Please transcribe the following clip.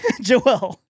Joel